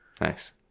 Nice